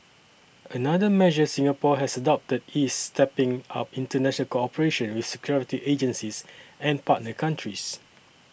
another measure Singapore has adopted is stepping up international cooperation with security agencies and partner countries